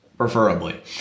preferably